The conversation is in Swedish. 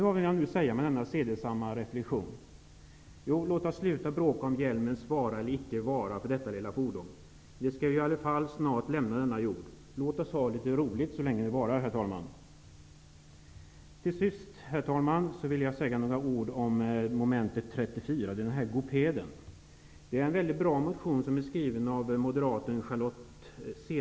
Vad vill jag nu säga med denna sedesamma reflektion? Jo, låt oss sluta bråka om hjälmens vara eller icke vara för detta lilla fordon. Vi skall ju i alla fall snart lämna denna jord. Låt oss ha litet roligt så länge det varar, herr talman! Till sist, herr talman, vill jag säga några ord om mom. 34 och färdmedlet GO-PED. Moderaten Charlotte Cederschiöld har väckt en bra motion.